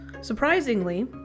Surprisingly